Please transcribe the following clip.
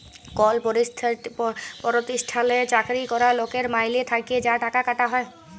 call পরতিষ্ঠালে চাকরি ক্যরা লকের মাইলে থ্যাকে যা টাকা কাটা হ্যয়